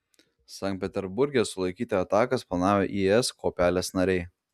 sankt peterburge sulaikyti atakas planavę is kuopelės nariai